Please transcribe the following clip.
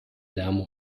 lärm